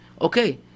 okay